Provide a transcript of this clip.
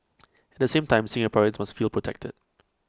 the same time Singaporeans must feel protected